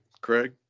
Craig